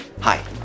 Hi